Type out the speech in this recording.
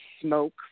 smoke